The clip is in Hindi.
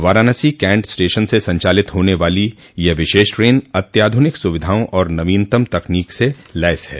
वाराणसी कैन्ट स्टेशन से संचालित होने वाली यह विशेष ट्रेन अत्याधुनिक सुविधाओं और नवीनतम तकनीक से लैस है